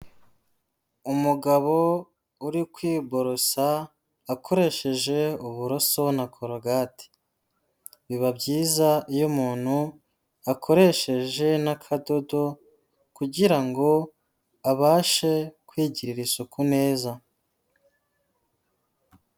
Umugabo uri kwiborosa akoresheje uburoso na korogate, biba byiza iyo umuntu akoresheje n'akadodo kugira ngo abashe kwigirira isuku neza.